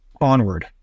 onward